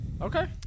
Okay